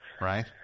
Right